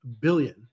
billion